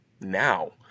now